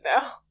now